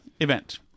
event